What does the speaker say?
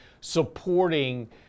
supporting –